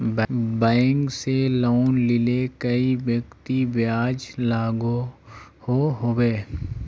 Bank से loan लिले कई व्यक्ति ब्याज लागोहो होबे?